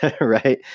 right